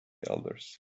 elders